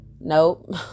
nope